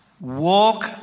walk